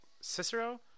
cicero